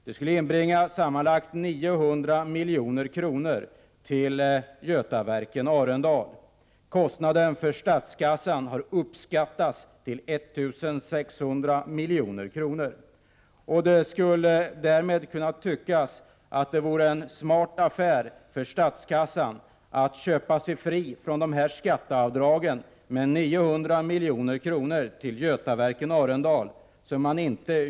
Det skulle inbringa sammanlagt 900 milj.kr. till Götaverken Arendal. Kostnaden för statskassan har uppskattats till 1 600 milj.kr. Det kunde därmed tyckas att det vore en smart affär för statskassan att köpa sig fri från dessa skatteavdrag med 900 milj.kr. till Götaverken Arendal, så att man inte gynnar diverse Prot.